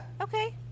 Okay